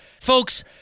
Folks